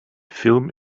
film